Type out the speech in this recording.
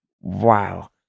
Wow